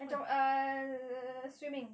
macam uh swimming